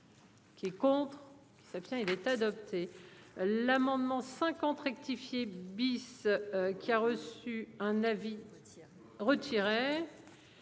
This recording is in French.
Qui est contre qui s'abstient. Il est adopté. L'amendement 50 rectifié bis. Qui a reçu un avis.